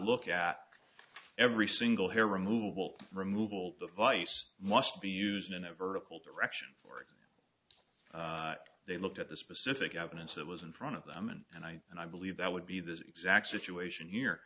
look at every single hair removal removal device must be used in a vertical direction for they looked at the specific evidence that was in front of them and i and i believe that would be the exact situation here